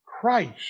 Christ